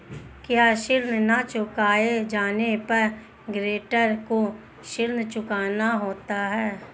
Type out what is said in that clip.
क्या ऋण न चुकाए जाने पर गरेंटर को ऋण चुकाना होता है?